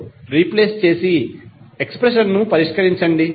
5 తో రీప్లేస్ చేసి ఎక్స్ప్రెషన్స్ ను పరిష్కరించండి